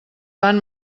van